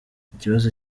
ikibazo